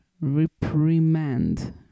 reprimand